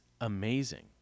amazing